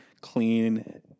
clean